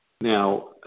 Now